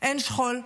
אין שכול,